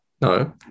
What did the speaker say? No